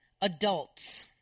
adults